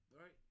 right